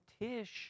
Tish